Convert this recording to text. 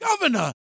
governor